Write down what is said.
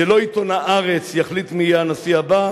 שלא עיתון "הארץ" יחליט מי יהיה הנשיא הבא,